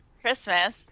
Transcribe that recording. christmas